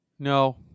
No